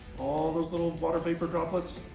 all those little water vapor droplets,